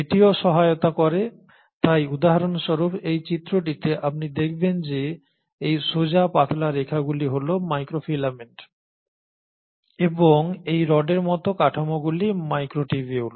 এটিও সহায়তা করে তাই উদাহরণস্বরূপ এই চিত্রটিতে আপনি দেখবেন যে এই সোজা পাতলা রেখাগুলি হল মাইক্রোফিলামেন্ট এবং এই রডের মতো কাঠামোটিগুলি মাইক্রোটিবিউল